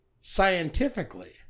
scientifically